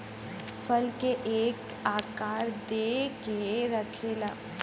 फसल के एक आकार दे के रखेला